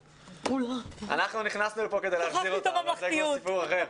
אנחנו נכסנו לפה כדי להחזיר אותה אבל זה כבר סיפור אחר.